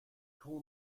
call